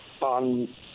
on